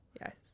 yes